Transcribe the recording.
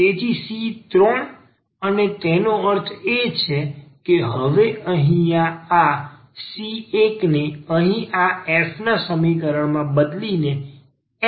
તેથી c3 અને તેનો અર્થ એ કે હવે અહીં આ c1ને અહીં આ f ના સમીકરણમાં બદલીને f લખી શકીએ છે